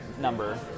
number